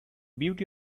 beauty